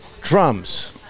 drums